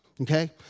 okay